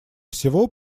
всего